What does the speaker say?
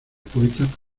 poeta